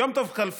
יום טוב כלפון,